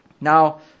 Now